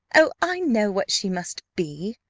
oh, i know what she must be,